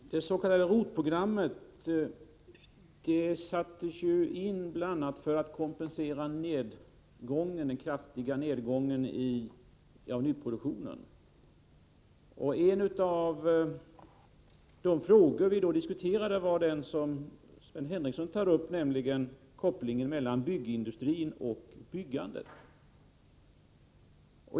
Fru talman! Det s.k. ROT-programmet sattes ju in bl.a. för att kompensera den kraftiga nedgången av nyproduktionen. En av de frågor vi då diskuterade var den som Sven Henricsson tar upp, nämligen kopplingen mellan byggindustrin och byggandet.